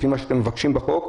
לפי מה שאתם מבקשים בחוק,